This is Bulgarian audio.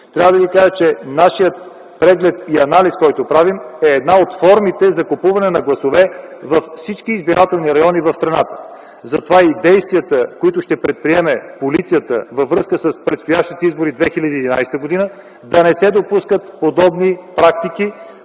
ромските махали, нашият преглед и анализ, който правим, е една от формите за купуване на гласове във всички избирателни райони в страната. Затова и действията, които ще предприеме полицията във връзка с предстоящите избори 2011 г. – да не се допускат подобни практики,